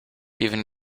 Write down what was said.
even